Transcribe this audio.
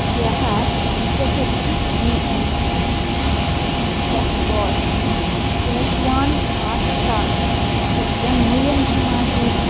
ह्यः पञ्चशतं G M शेफ़्बास् शेस्वान् पाकसास् इत्यस्य मूल्यं किमासीत्